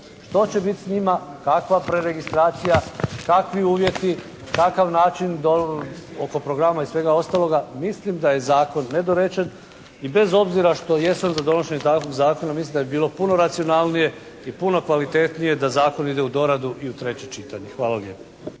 Što će biti s njima, kakva preregistracija, kakvi uvjeti, kakav način oko programa i svega ostaloga. Mislim da je zakon nedorečen i bez obzira što jesam za donošenje takvog zakona mislim da bi bilo puno racionalnije i puno kvalitetnije da zakon ide u doradu i u treće čitanje. Hvala lijepa.